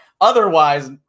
otherwise